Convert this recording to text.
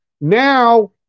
Now